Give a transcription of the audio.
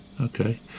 Okay